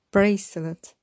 Bracelet